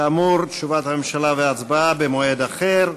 כאמור, תשובת הממשלה וההצבעה במועד אחר.